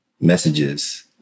messages